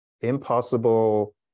impossible